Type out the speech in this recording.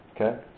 okay